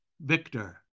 victor